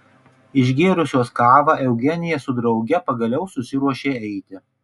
išgėrusios kavą eugenija su drauge pagaliau susiruošė eiti